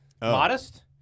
modest